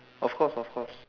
of course of course